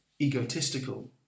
egotistical